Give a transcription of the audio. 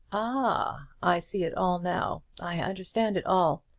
ah, i see it all now. i understand it all.